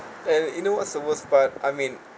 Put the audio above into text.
and you know what's the worst part I mean